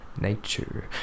nature